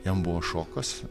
jam buvo šokas